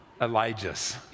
Elijahs